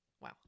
Wow